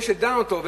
זה שדן אותו,